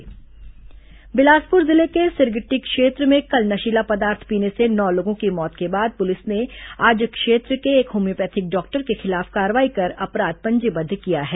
Bilaspur doctor गिरफ्तार बिलासपुर जिले के सिरगिट्टी क्षेत्र में कल नशीला पदार्थ पीने से नौ लोगों की मौत के बाद पुलिस ने आज क्षेत्र के एक होम्योपैथिक डॉक्टर के खिलाफ कार्रवाई कर अपराध पंजीबद्ध किया है